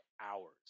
hours